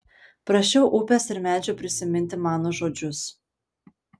prašiau upės ir medžių prisiminti mano žodžius